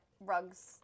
rugs